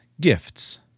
gifts